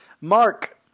Mark